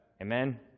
Amen